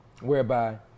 whereby